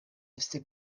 esti